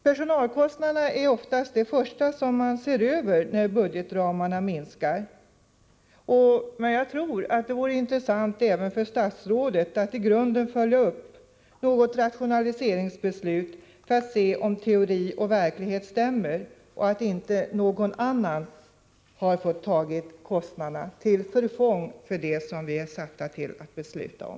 Personalkostnaderna är oftast det första som man ser över när budgetramarna minskar, men jag tror att det vore intressant även för statsrådet att i grunden följa upp något rationaliseringsbeslut för att se om teori och att göra värnplikt verklighet stämmer och förvissa sig om att inte någon annan får ta kostnaderna -— till förfång för det som vi är satta att besluta om.